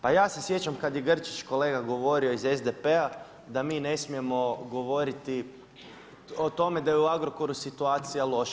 Pa ja se sjećam kada je Grčić kolega govorio iz SDP-a da mi ne smijemo govoriti o tome da je u Agrokoru situacija loša.